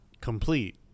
complete